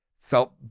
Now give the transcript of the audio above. felt